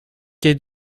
quai